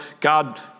God